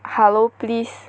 hello please